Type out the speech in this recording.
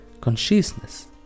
consciousness